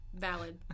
Valid